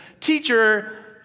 teacher